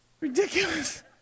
Ridiculous